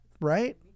Right